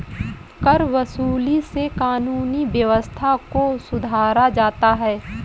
करवसूली से कानूनी व्यवस्था को सुधारा जाता है